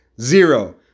Zero